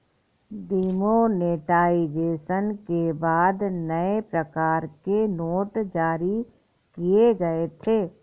demonetisation के बाद नए प्रकार के नोट जारी किए गए थे